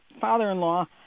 father-in-law